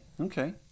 okay